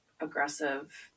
aggressive